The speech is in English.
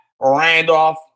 Randolph